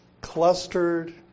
Clustered